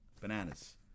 Bananas